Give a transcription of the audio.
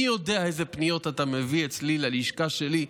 אני יודע אילו פניות אתה מביא אליי ללשכה שלי,